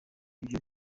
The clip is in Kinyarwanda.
ibyo